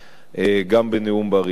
גם בנאום בר-אילן,